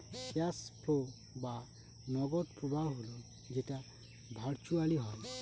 cash flow বা নগদ প্রবাহ হল যেটা ভার্চুয়ালি হয়